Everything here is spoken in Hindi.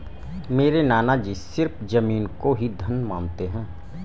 मेरे नाना जी सिर्फ जमीन को ही धन मानते हैं